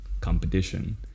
competition